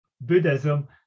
buddhism